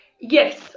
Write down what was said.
Yes